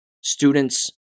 Students